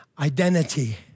Identity